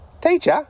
teacher